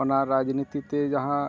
ᱚᱱᱟ ᱨᱟᱡᱽᱱᱤᱛᱤᱛᱮ ᱡᱟᱦᱟᱸ